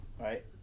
right